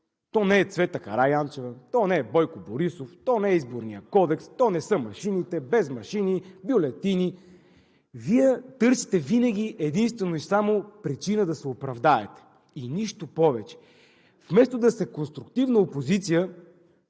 то не е Цвета Караянчева, то не е Бойко Борисов, то не е Изборният кодекс, то не са машините, без машини, бюлетини! Вие търсите винаги единствено и само причина да се оправдаете. И нищо повече! Вместо да сте конструктивна опозиция,